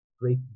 great